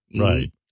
Right